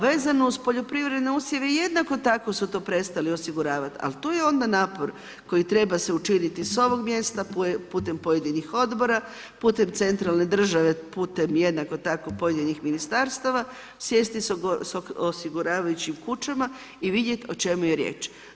Vezano uz poljoprivredne usjeve jednako tako su to prestali osiguravati, al' to je onda napor koji treba se učiniti sa ovog mjesta putem pojedinih Odbora, putem centralne države, putem jednako tako pojedinih Ministarstava, sjesti s osiguravajućim kućama i vidjeti o čemu je riječ.